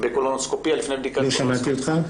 לא שמעתי אותך.